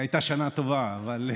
זו הייתה שנה טובה, אבל,